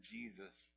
Jesus